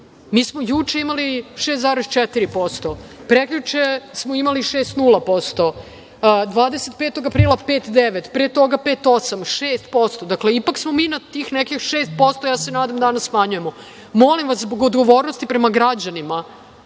Mi smo juče imali 6,4%, prekjuče smo imali 6,0%, 25. aprila 5,9%, pre toga 5,8%, 6%, dakle ipak smo na tih nekih 6%, ja se nadam danas smanjujemo. Molim vas, zbog odgovornosti prema građanima,